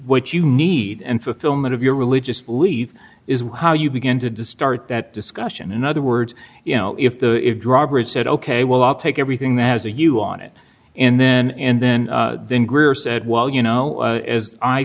what you need and fulfillment of your religious belief is how you begin to distort that discussion in other words you know if the drawbars said ok well i'll take everything that is a you on it and then and then then greer said well you know as i